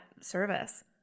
service